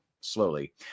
slowly